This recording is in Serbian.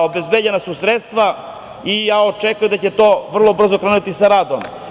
Obezbeđena su sredstva i ja očekujem da će to vrlo brzo krenuti sa radom.